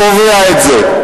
תובע את זה.